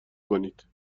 کنید